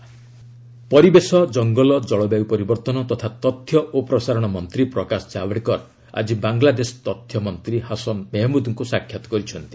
ଜାଭଡେକର ଢାକା ପରିବେଶ ଜଙ୍ଗଲ ଓ ଜଳବାୟୁ ପରିବର୍ତ୍ତନ ତଥା ତଥ୍ୟ ଓ ପ୍ରସାରଣ ମନ୍ତ୍ରୀ ପ୍ରକାଶ ଜାଭଡେକର ଆଜି ବାଙ୍ଗଲାଦେଶ ତଥ୍ୟ ମନ୍ତ୍ରୀ ହାସନ ମେହେମୁଦ୍ଙ୍କୁ ସାକ୍ଷାତ୍ କରିଛନ୍ତି